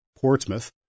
Portsmouth